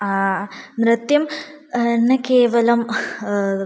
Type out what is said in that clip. नृत्यं न केवलं